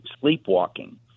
sleepwalking